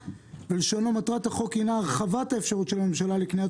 ולשונו: מטרת החוק הינה הרחבת האפשרות של הממשלה לקניית